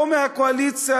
לא מהקואליציה,